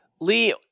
Lee